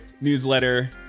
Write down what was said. newsletter